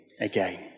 again